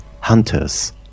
Hunters